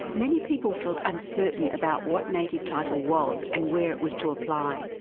many people felt uncertain about what native title was, and where it was to apply.